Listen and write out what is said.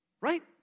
right